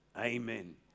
Amen